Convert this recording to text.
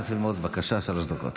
חבר הכנסת מעוז, בבקשה, שלוש דקות.